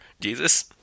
Jesus